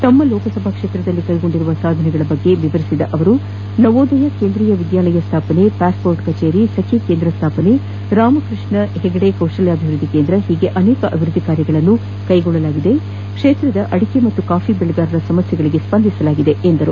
ತಮ್ಮ ಲೋಕಸಭಾ ಕ್ಷೇತ್ರದಲ್ಲಿ ಕೈಗೊಂಡಿರುವ ಸಾಧನೆಗಳ ಬಗ್ಗೆ ವಿವರಿಸಿದ ಶೋಭಾ ಕರಂದ್ಲಾಜೆ ನವೋದಯ ಕೇಂದ್ರೀಯ ವಿದ್ಯಾಲಯ ಸ್ಥಾಪನೆ ಪಾಸ್ಮೋರ್ಟ್ ಕಜೇರಿ ಸಖಿ ಕೇಂದ್ರ ಸ್ಥಾಪನೆ ರಾಮಕೃಷ್ಣ ಹೆಗಡೆ ಕೌಶಲ್ಯಾಭಿವೃದ್ಧಿ ಕೇಂದ್ರ ಒೀಗೆ ಅನೇಕ ಅಭಿವೃದ್ಧಿ ಕಾರ್ಯಗಳನ್ನು ಕೈಗೊಂಡಿರುವುದಲ್ಲದೆ ಕ್ಷೇತ್ರದ ಅಡಿಕೆ ಮತ್ತು ಕಾಫಿ ಬೆಳೆಗಾರರ ಸಮಸ್ಕೆಗಳಿಗೆ ಸ್ವಂದಿಸಲಾಗಿದೆ ಎಂದು ಅವರು ಹೇಳಿದರು